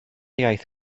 iaith